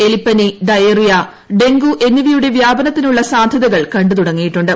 എലിപ്പനി diarrhoea dengue എന്നിവയുടെ വ്യാപനത്തിനുള്ള സാധ്യതകൾ കണ്ടു തുടങ്ങിയിട്ടുണ്ട്